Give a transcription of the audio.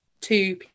two